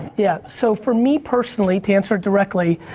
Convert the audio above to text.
yeah, so for me personally to answer directly,